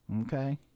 Okay